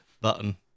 button